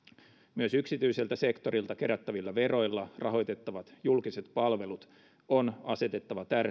myös yksityiseltä sektorilta kerättävillä veroilla rahoitettavat julkiset palvelut on asetettava